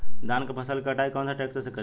धान के फसल के कटाई कौन सा ट्रैक्टर से करी?